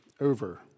over